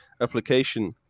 application